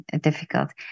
difficult